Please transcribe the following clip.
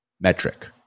metric